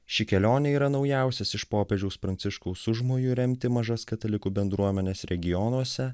ši kelionė yra naujausias iš popiežiaus pranciškaus užmojų remti mažas katalikų bendruomenes regionuose